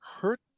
hurt